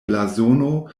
blazono